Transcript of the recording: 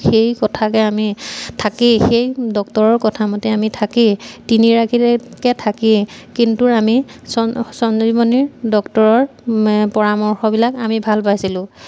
সেই কথাকে আমি থাকি সেই ডক্টৰৰ কথামতে আমি থাকি তিনিৰাতিকৈ থাকি কিন্তুৰ আমি চন সঞ্জীৱনীৰ ডক্টৰৰ পৰামৰ্শবিলাক আমি ভাল পাইছিলোঁ